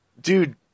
dude